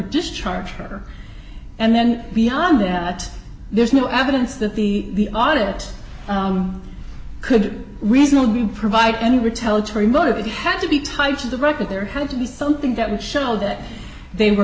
discharge her and then beyond that there's no evidence that the audit could reasonably provide any retell to remotivate had to be tied to the record there had to be something that would show that they were